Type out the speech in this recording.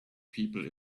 people